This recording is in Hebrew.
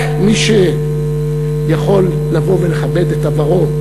רק מי שיכול לבוא ולכבד את עברו,